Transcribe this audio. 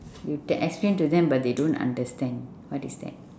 you explain to them but they don't understand what is that